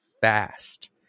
fast